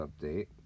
update